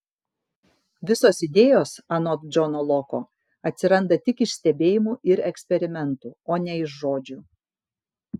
visos idėjos anot džono loko atsiranda tik iš stebėjimų ir eksperimentų o ne iš žodžių